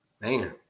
man